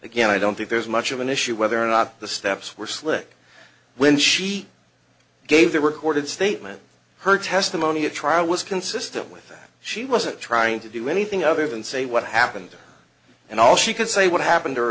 again i don't think there's much of an issue whether or not the steps were slick when she gave the recorded statement her testimony at trial was consistent with that she wasn't trying to do anything other than say what happened and all she could say what happened